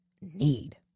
need